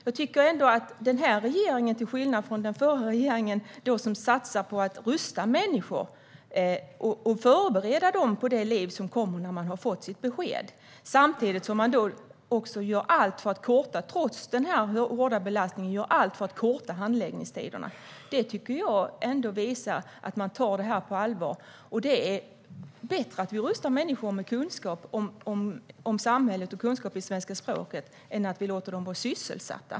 Jag tycker ändå att denna regering - till skillnad från den förra, som satsar på att rusta människor och förbereda dem på det liv som kommer när de har fått sitt besked, samtidigt som man trots den stora belastningen också gör allt för att korta handläggningstiderna - visar att man tar detta på allvar. Det är bättre att vi rustar människor med kunskaper om samhället och med kunskaper i svenska språket än att vi låter dem vara sysselsatta.